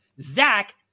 Zach